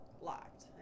locked